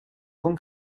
con